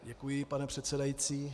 Děkuji, pane předsedající.